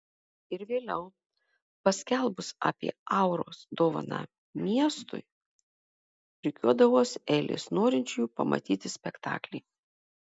ir vėliau paskelbus apie auros dovaną miestui rikiuodavosi eilės norinčiųjų pamatyti spektaklį